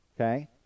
okay